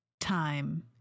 time